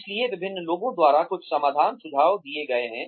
इसलिए विभिन्न लोगों द्वारा कुछ समाधान सुझाव दिये गए हैं